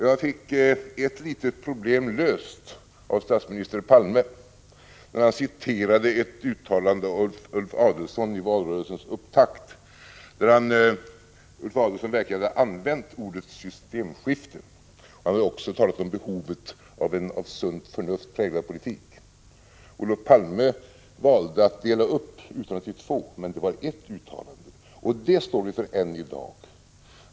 Jag fick ett litet problem löst av statsminister Palme, när han citerade ett uttalande av Ulf Adelsohn i valrörelsens upptakt, där Ulf Adelsohn verkligen hade använt ordet systemskifte. Han hade också talat om behovet av en av sunt förnuft präglad politik. Olof Palme valde att dela upp uttalandet i två delar, men det var eft uttalande, och det står vi för än i dag.